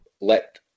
let